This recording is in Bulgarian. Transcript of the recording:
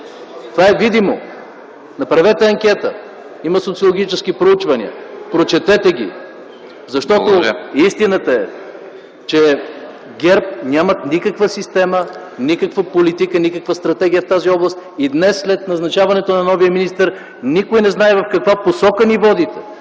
Това е видимо. Направете анкета. Има социологически проучвания. Прочетете ги. Истината е, че ГЕРБ няма никаква система, никаква политика и стратегия в тази област. Днес, след назначаването на новия министър не зная в каква посока ни водите.